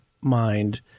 mind